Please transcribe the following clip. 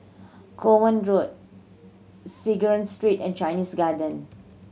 Kovan Road Synagogue Street and Chinese Garden